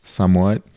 somewhat